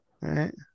Right